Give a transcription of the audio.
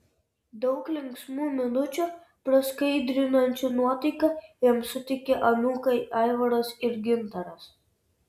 daug linksmų minučių praskaidrinančių nuotaiką jiems suteikia anūkai aivaras ir gintaras